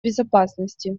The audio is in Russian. безопасности